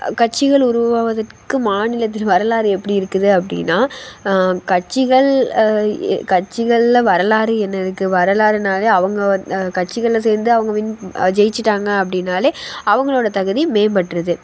கட்சிகள் உருவாவதற்கு மாநிலத்தின் வரலாறு எப்படிருக்குது அப்படின்னா கட்சிகள் கட்சிகளில் வரலாறு என்ன இருக்குது வரலாறுன்னாலே அவங்க கட்சிகளில் சேர்ந்து அவங்க வின் ஜெயிச்சிட்டாங்க அப்படின்னாலே அவங்களோட தகுதி மேம்பட்டிருது